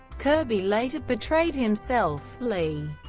kirby later portrayed himself, lee,